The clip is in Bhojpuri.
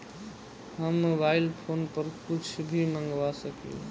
हम मोबाइल फोन पर कुछ भी मंगवा सकिला?